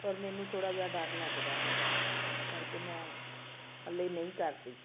ਪਰ ਮੈਨੂੰ ਥੋੜਾ ਜਿਹਾ ਡਰ ਲੱਗਦਾ ਹੈਗਾ ਆ ਇਸ ਕਰਕੇ ਮੈਂ ਹਜੇ ਨਹੀਂ ਕਰ ਰਹੀ